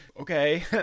Okay